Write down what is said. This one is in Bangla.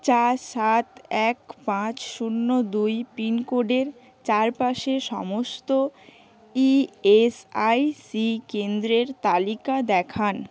চার সাত এক পাঁচ শূন্য দুই পিন কোডের চারপাশে সমস্ত ইএসআইসি কেন্দ্রের তালিকা দেখান